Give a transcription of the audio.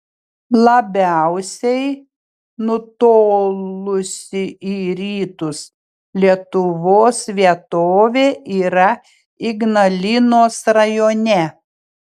labiausiai nutolusi į rytus lietuvos vietovė yra ignalinos rajone